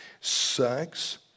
Sex